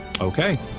okay